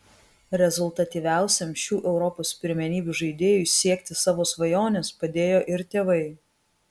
rezultatyviausiam šių europos pirmenybių žaidėjui siekti savo svajonės padėjo ir tėvai